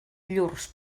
llurs